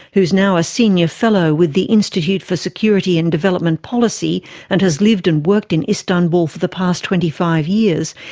who is now a senior fellow with the institute for security and development policy and has lived and worked in istanbul for the past twenty five years,